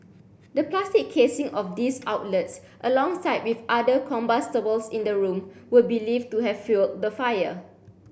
the plastic casing of these outlets alongside with other combustibles in the room were believed to have fuelled the fire